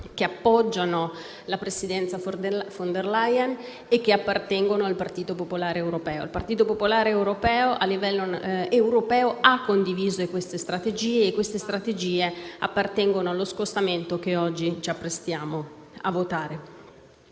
che appoggiano la presidenza von der Leyen e appartengono al Partito popolare europeo. Il Partito popolare a livello europeo ha infatti condiviso queste strategie, che appartengono allo scostamento, che oggi ci apprestiamo a votare.